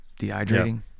dehydrating